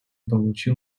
получил